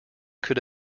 could